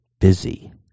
busy